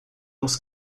nos